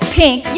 pink